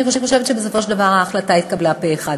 אני חושבת שבסופו של דבר ההחלטה התקבלה פה-אחד.